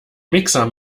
mixer